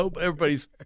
Everybody's